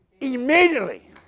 immediately